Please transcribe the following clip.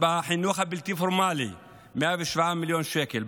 בחינוך הבלתי-פורמלי, 107 מיליון שקל.